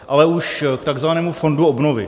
Ale už k takzvanému fondu obnovy.